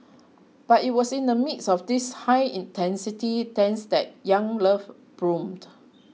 but it was in the midst of these high density tents that young love bloomed